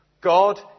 God